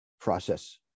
process